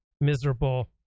miserable